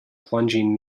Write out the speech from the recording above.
plunging